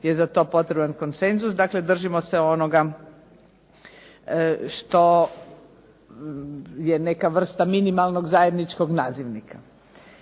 je za to potreban konsenzus. Dakle, držimo se onoga što je neka vrsta minimalnog zajedničkog nazivnika.